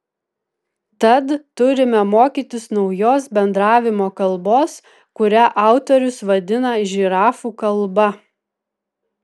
tad turime mokytis naujos bendravimo kalbos kurią autorius vadina žirafų kalba